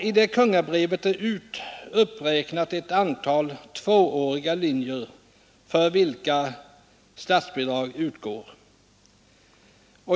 I det brevet finns uppräknat ett antal tvååriga linjer vid gymnasieskolan för vilka statsbidrag utgår.